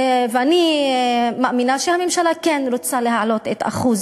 ואני מאמינה שהממשלה כן רוצה להעלות את אחוז